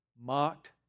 mocked